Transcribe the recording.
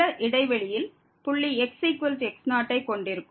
சில இடைவெளியில் புள்ளி x x0 ஐ கொண்டிருக்கும்